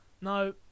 no